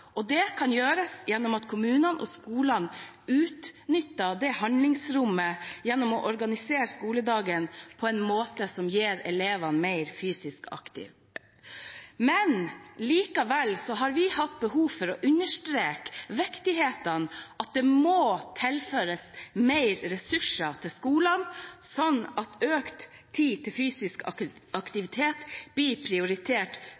dag. Det kan gjøres gjennom at kommunene og skolene utnytter det handlingsrommet gjennom å organisere skoledagen på en måte som gir elevene mer fysisk aktivitet. Likevel har vi hatt behov for å understreke viktigheten av at det må tilføres mer ressurser til skolene, sånn at økt tid til fysisk